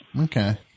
Okay